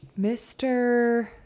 Mr